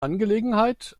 angelegenheit